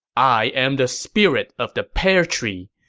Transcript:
i am the spirit of the pear tree.